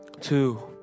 two